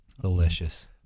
Delicious